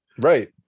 Right